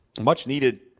Much-needed